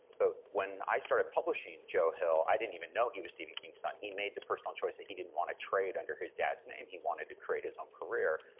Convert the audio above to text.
but when i started publishing joe hill, i didn't even know he was stephen king's son. he made the personal choice that he didn't wanna trade under his dad's name. he wanted to create his own career.